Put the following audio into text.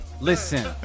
Listen